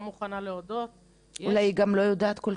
לא מוכנה להודות --- אולי היא גם לא יודעת כל